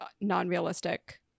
non-realistic